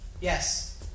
Yes